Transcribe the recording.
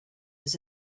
was